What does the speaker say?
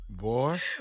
Boy